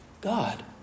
God